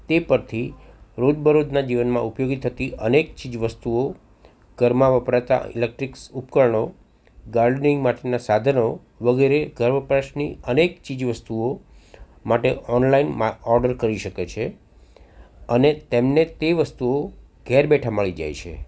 તે પરથી રોજબરોજના જીવનમાં ઉપયોગી થતી અનેક ચીજ વસ્તુઓ ઘરમાં વપરાતા ઇલેક્ટ્રીકસ ઉપકરણો ગાર્ડનિંગ માટેના સાધનો વગેરે ઘર વપરાશની અનેક ચીજ વસ્તુઓ માટે ઓનલાઇનમાં ઓર્ડર કરી શકે છે અને તેમને તે વસ્તુઓ ઘેર બેઠાં મળી જાય છે